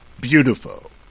beautiful